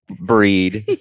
breed